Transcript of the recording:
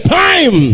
time